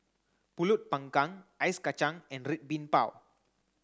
Pulut panggang Ice Kacang and Red Bean Bao